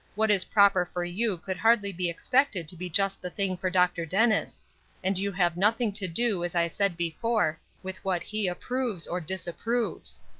what is proper for you could hardly be expected to be just the thing for dr. dennis and you have nothing to do, as i said before, with what he approves or disapproves.